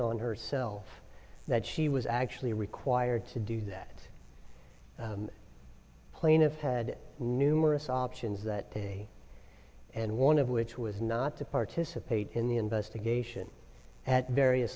on herself that she was actually required to do that plaintiff had numerous options that day and one of which was not to participate in the investigation at various